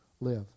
live